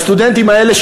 והסטודנטים האלה,